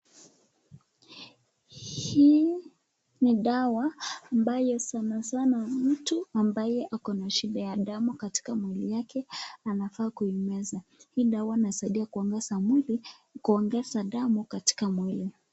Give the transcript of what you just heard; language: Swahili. Hii dawa ambaye sana sana mtu ambaye akona shida ya damu mwili wake anafaa kuimesa hii dawa inasaidia kuongeza damu katika mwili.